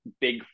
big